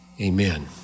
Amen